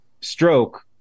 stroke